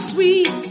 Sweet